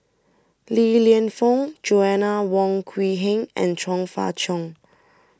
Li Lienfung Joanna Wong Quee Heng and Chong Fah Cheong